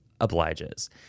obliges